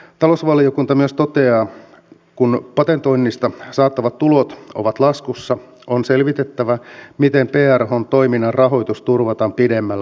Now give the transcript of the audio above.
talousvaliokunta myös toteaa että kun patentoinnista saatavat tulot ovat laskussa on selvitettävä miten prhn toiminnan rahoitus turvataan pidemmällä aikavälillä